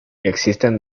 existen